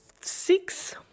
six